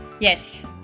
Yes